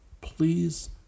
Please